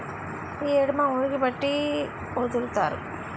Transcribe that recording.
ఈ యేడు మా ఊరికి బట్టి ఒదులుతారు